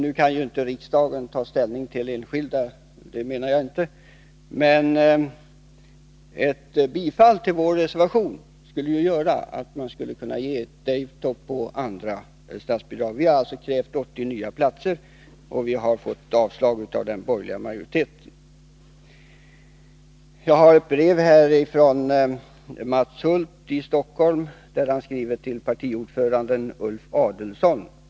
Nu kan inte riksdagen ta ställning till enskilda behandlingshem, det menar jag inte, men ett bifall till vår reservation skulle göra att man kunde ge Daytop och andra behandlingshem statsbidrag. Vi har alltså krävt 80 nya platser, vilket den borgerliga majoriteten har avstyrkt. Jag har ett brev här från Mats Hulth i Stockholm till partiordföranden Ulf Adelsohn.